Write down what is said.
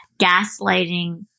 gaslighting